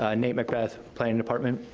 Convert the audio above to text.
ah nate macbeth, planning department.